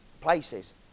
places